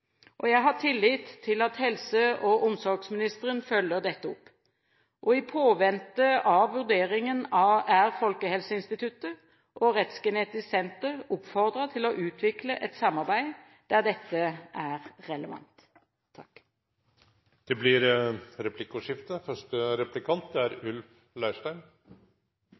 Jeg har tillit til at helse- og omsorgsministeren følger dette opp. I påvente av vurderingen er Folkehelseinstituttet og Rettsgenetisk Senter oppfordret til å utvikle et samarbeid der dette er relevant. Det blir replikkordskifte.